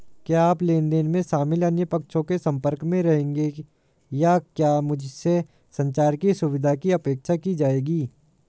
क्या आप लेन देन में शामिल अन्य पक्षों के संपर्क में रहेंगे या क्या मुझसे संचार की सुविधा की अपेक्षा की जाएगी?